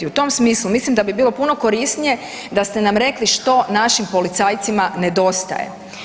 U tom smislu mislim da bi bilo puno korisnije da ste nam rekli što našim policajcima nedostaje.